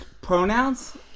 pronouns